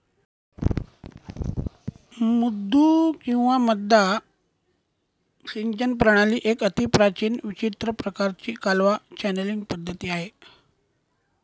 मुद्दू किंवा मद्दा सिंचन प्रणाली एक अतिप्राचीन विचित्र प्रकाराची कालवा चॅनलींग पद्धती आहे